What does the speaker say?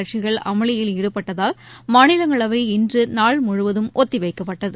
கட்சிகள் அமளியில் ஈடுபட்டதால் மாநிலங்களவை இன்று நாள் முழுவதம் ஒத்திவைக்கப்பட்டது